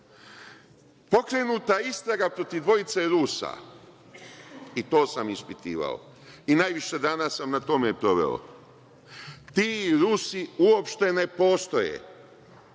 je istraga protiv dvojice Rusa, i to sam ispitivao. Najviše dana sam na tome proveo. Ti Rusi uopšte ne postoje